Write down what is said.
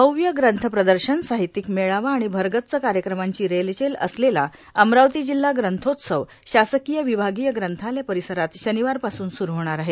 भव्य ग्रंथप्रदर्शन साहित्यिक मेळावा आणि भरगच्च कार्यक्रमांची रेलचेल असलेला अमरावती जिल्हा ग्रंथोत्सव शासकीय विभागीय ग्रंथालय परिसरात शनिवारपासून सुरु होणार आहे